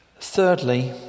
Thirdly